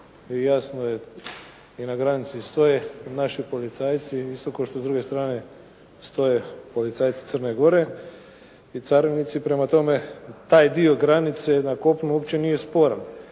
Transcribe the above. jasno je i na granici stoje naši policajci, isto kao što s druge strane stoje policajci Crne Gore i carinici, prema tome taj dio granice na kopnu uopće nije sporan.